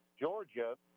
Georgia